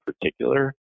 particular